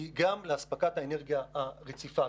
היא גם להספקת האנרגיה הרציפה.